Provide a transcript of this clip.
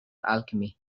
alchemy